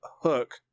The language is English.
hook